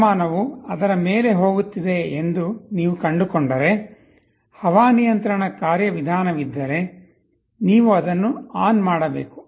ತಾಪಮಾನವು ಅದರ ಮೇಲೆ ಹೋಗುತ್ತಿದೆ ಎಂದು ನೀವು ಕಂಡುಕೊಂಡರೆ ಹವಾನಿಯಂತ್ರಣ ಕಾರ್ಯವಿಧಾನವಿದ್ದರೆ ನೀವು ಅದನ್ನು ಆನ್ ಮಾಡಬೇಕು